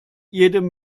jedem